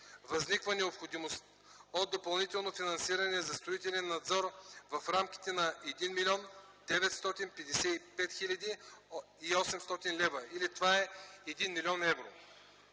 възниква необходимост от допълнително финансиране за строителен надзор в рамките на около 1 млн. 955 хил. 800 лв. или това е 1 млн. евро.